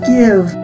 give